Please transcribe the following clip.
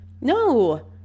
No